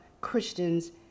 Christians